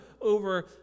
over